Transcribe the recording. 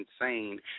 insane